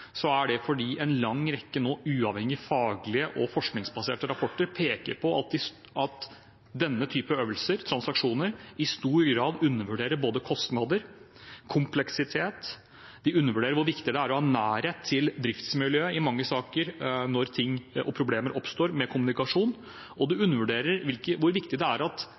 er det fordi en lang rekke uavhengige faglige og forskningsbaserte rapporter nå peker på at denne type øvelser, transaksjoner, i stor grad undervurderer både kostnader og kompleksitet – det undervurderer hvor viktig det er å ha nærhet til driftsmiljøet i mange saker når ting og problemer oppstår med kommunikasjon, og det undervurderer hvor viktig det er at